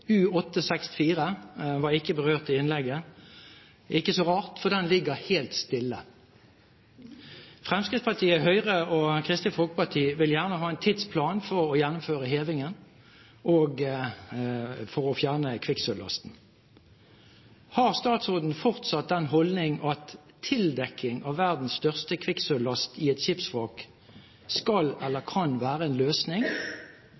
var ikke berørt i innlegget. Det er ikke så rart, for den ligger helt stille. Fremskrittspartiet, Høyre og Kristelig Folkeparti vil gjerne ha en tidsplan for å gjennomføre hevingen og for å fjerne kvikksølvlasten. Har statsråden fortsatt den holdning at tildekking av verdens største kvikksølvlast i et